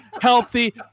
healthy